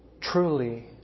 Truly